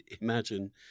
imagine